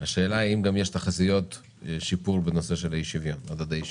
השאלה אם יש תחזיות שיפור גם בנושא מדדי האי-שוויון.